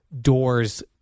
doors-